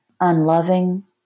unloving